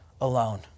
alone